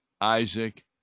Isaac